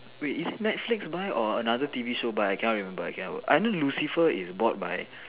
wait is it netflix buy or another T_V show buy I cannot remember I cannot remember I know Lucifer is bought by